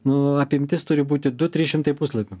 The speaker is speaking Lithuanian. nu apimtis turi būti du trys šimtai puslapių